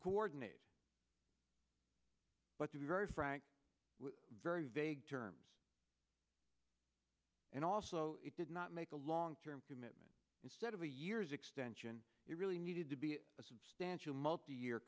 coordinate but to be very frank very vague terms and also it did not make a long term commitment instead of a year's extension it really needed to be a substantial multi year